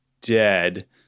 dead